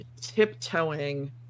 tiptoeing